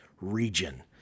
region